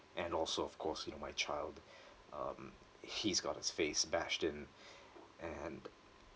and also of course you know my child um he's got his face bashed in and